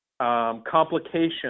complication